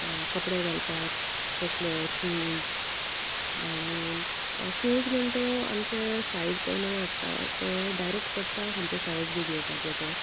कपडे घालपाक तसले शूज आनी शूज म्हणटा आमचे सायज प्रमाणे आसता तें डायरेक्ट करता खंयचे सायज बी घेवपाचे तें